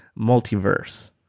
multiverse